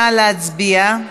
נא להצביע.